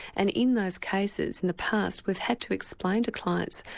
and in those cases in the past, we've had to explain to clients,